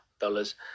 dollars